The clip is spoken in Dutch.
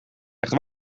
echt